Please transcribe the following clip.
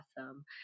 awesome